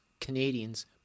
Canadians